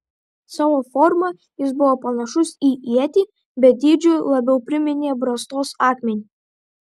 savo forma jis buvo panašus į ietį bet dydžiu labiau priminė brastos akmenį